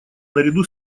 наряду